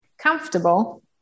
comfortable